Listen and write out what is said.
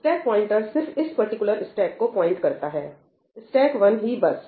stake pointer सिर्फ इस particular stack को पॉइंट करता है स्टेक 1 ही बस